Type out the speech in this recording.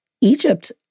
Egypt